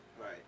Right